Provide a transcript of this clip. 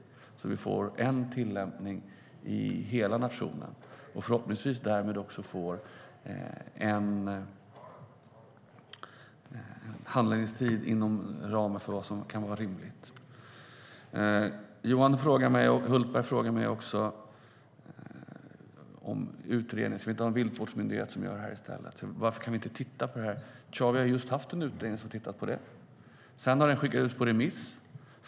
Nu får vi samma tillämpning i hela nationen och därmed förhoppningsvis handläggningstider inom ramen för vad som är rimligt. Johan Hultberg frågar också om vi inte ska ha en utredning om en viltvårdsmyndighet som ska sköta detta och varför vi inte kan titta på det. Vi har just haft en utredning som tittat på det. Den har skickats ut på remiss.